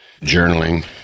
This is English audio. journaling